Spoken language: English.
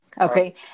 Okay